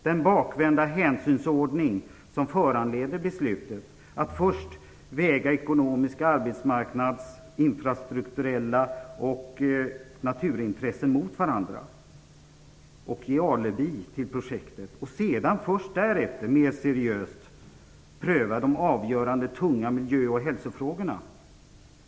Det är en bakvänd hänsynsordning att först väga ekonomiska, infrastrukturella, arbetsmarknads och naturintressen mot varandra och ge alibi till projektet och först därefter mer seriöst pröva de avgörande tunga miljö och hälsofrågorna.